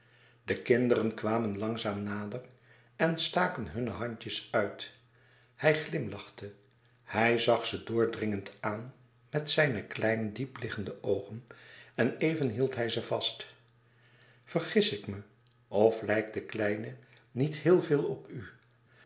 de kinderen kwamen langzaam nader en staken hunne handjes uit hij glimlachte hij zag ze doordringend aan met zijne kleine diepliggende oogen en even hield hij ze vast vergis ik me of lijkt de kleine niet heel veel op u